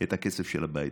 כאן נולדתי.